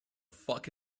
fuck